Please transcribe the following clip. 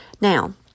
Now